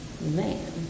man